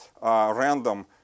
random